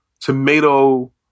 tomato